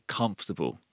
comfortable